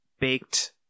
baked